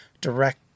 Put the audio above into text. direct